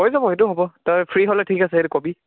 হৈ যাব সেইটো হ'ব তই ফ্ৰি হ'লে ঠিক আছে সেইটো কবি